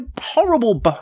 horrible